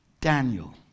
Daniel